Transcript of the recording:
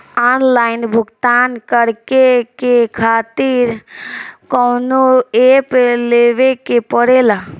Online भुगतान करके के खातिर कौनो ऐप लेवेके पड़ेला?